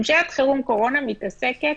ממשלת חירום קורונה מתעסקת